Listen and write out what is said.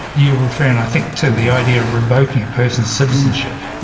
you're referring i think to the idea of revoking a person's citizenship.